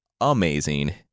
amazing